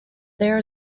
there